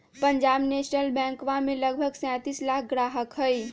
Punjab national बैंकवा के लगभग सैंतीस लाख ग्राहक हई